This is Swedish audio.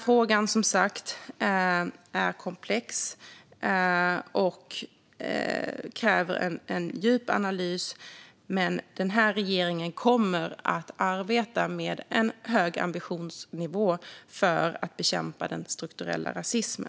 Frågan är som sagt komplex och kräver en djup analys. Men den här regeringen kommer att arbeta med en hög ambitionsnivå för att bekämpa den strukturella rasismen.